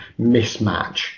mismatch